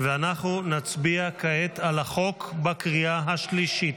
ואנחנו נצביע כעת על החוק בקריאה השלישית.